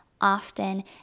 often